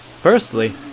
Firstly